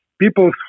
people's